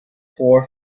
for